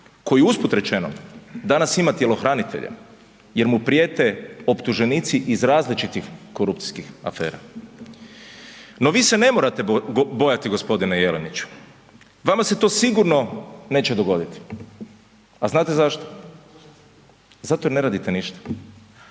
koji usput rečeno danas ima tjelohranitelje jer mu prijete optuženici iz različitih korupcijskih afera. No, vi se ne morati bojati gospodine Jeleniću, vama se to sigurno neće dogoditi. A znate zašto? Zato jer ne radite ništa.